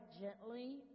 gently